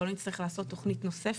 ולא נצטרך לעשות תוכנית נוספת,